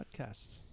podcasts